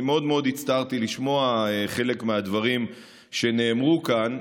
אני מאוד מאוד הצטערתי לשמוע חלק מהדברים שנאמרו כאן,